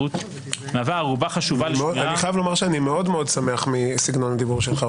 אני חייב לומר שאני מאוד מאוד שמח על סגנון הדיבור שלך,